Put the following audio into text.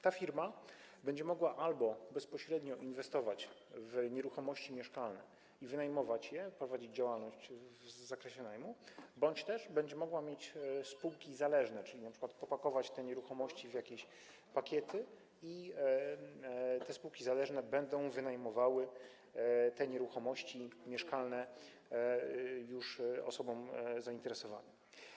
Ta firma będzie mogła albo bezpośrednio inwestować w nieruchomości mieszkalne i wynajmować je, prowadzić działalność w zakresie najmu, albo będzie mogła mieć spółki zależne, czyli np. będzie mogła „popakować” te nieruchomości w jakieś pakiety, i te spółki zależne będą wynajmowały te nieruchomości mieszkalne już osobom zainteresowanym.